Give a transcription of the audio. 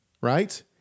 right